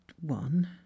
one